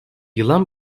yılan